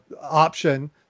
option